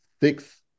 six